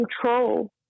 control